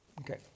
Okay